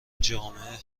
جامعه